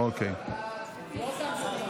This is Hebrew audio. רגע, מה יש עכשיו?